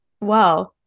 Wow